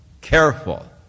careful